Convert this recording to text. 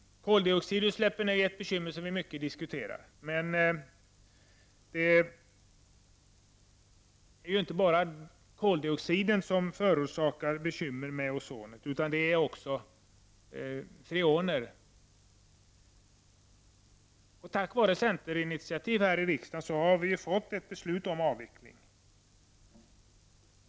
Koldioxidutsläppen är ett bekymmer som vi diskuterar mycket, men det är inte bara koldioxid som förorsakar bekymmer med ozonet, utan det är även freonerna. Tack vare centerinitiativ här i riksdagen har vi fått till stånd ett beslut om avveckling av användningen av freon.